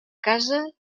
casa